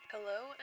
Hello